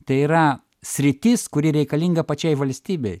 tai yra sritis kuri reikalinga pačiai valstybei